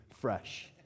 fresh